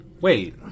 Wait